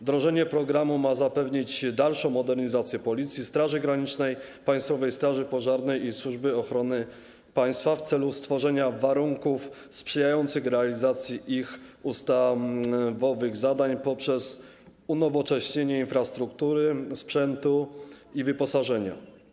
Wdrożenie programu ma zapewnić dalszą modernizację Policji, Straży Granicznej, Państwowej Straży Pożarnej i Służby Ochrony Państwa w celu stworzenia warunków sprzyjających realizacji ich ustawowych zadań poprzez unowocześnienie infrastruktury, sprzętu i wyposażenia.